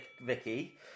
Vicky